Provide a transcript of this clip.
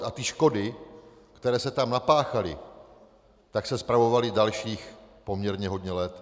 A ty škody, které se tam napáchaly, se spravovaly dalších poměrně hodně let.